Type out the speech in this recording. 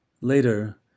Later